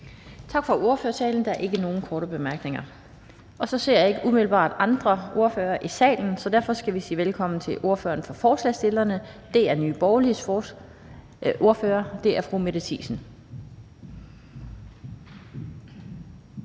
Tak for ordførertalen. Der er ikke nogen korte bemærkninger. Og så ser jeg ikke umiddelbart andre ordførere i salen, så derfor skal vi sige velkommen til ordføreren for forslagsstillerne. Det er Nye Borgerliges ordfører, fru Mette Thiesen